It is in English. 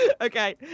okay